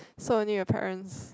so only your parents